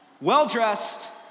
well-dressed